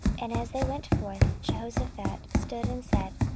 and as they went forth, jehoshaphat stood and said,